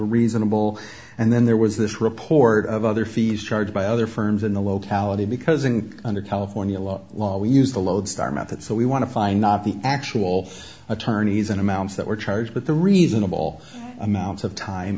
reasonable and then there was this report of other fees charged by other firms in the locality because and under california law law we use the lodestar method so we want to find not the actual attorneys in amounts that were charged but the reasonable amount of time